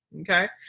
okay